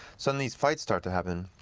so when these fights start to happen,